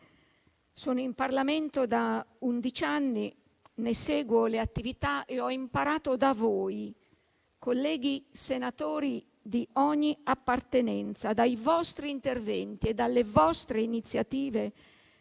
Sono in Parlamento da undici anni, ne seguo le attività e ho imparato da voi, colleghi senatori di ogni appartenenza, dai vostri interventi e dalle vostre iniziative